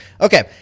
Okay